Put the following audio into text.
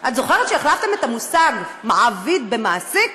את זוכרת שהחלפת את המושג "מעביד" ב"מעסיק"?